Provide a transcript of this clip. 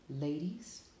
Ladies